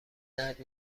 درد